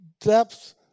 depth